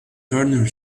corner